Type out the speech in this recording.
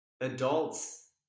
adults